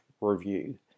review